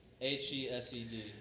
H-E-S-E-D